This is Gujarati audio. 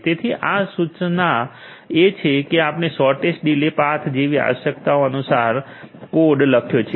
તેથી આ સૂચના આદેશ છે કે આપણે શોર્ટેસ્ટ ડીલે પાથ જેવી આવશ્યકતાઓ અનુસાર કોડ લખ્યો છે